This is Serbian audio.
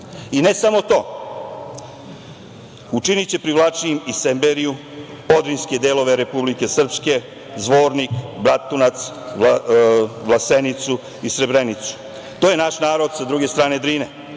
i ne samo to, učiniće privlačnijim i Semberiju, podrinjske delove Republike Srpske, Zvornik, Bratunac, Vlasenicu i Srebrenicu. To je naš narod sa druge strane Drine,